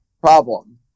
Problem